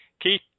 Keith